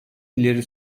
ileri